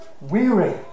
weary